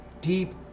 deep